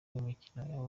w’imikino